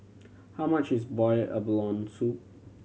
how much is boiled abalone soup